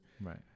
Right